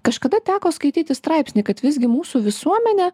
kažkada teko skaityti straipsnį kad visgi mūsų visuomenė